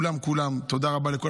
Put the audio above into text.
לכולם כולם, תודה רבה לכולם.